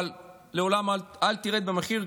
אבל לעולם אל תרד במחיר,